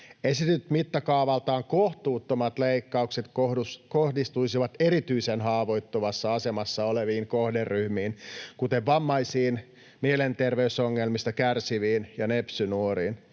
Esitetyt mittakaavaltaan kohtuuttomat leikkaukset kohdistuisivat erityisen haavoittuvassa asemassa oleviin kohderyhmiin, kuten vammaisiin, mielenterveysongelmista kärsiviin ja nepsy-nuoriin.